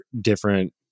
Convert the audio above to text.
different